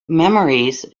memories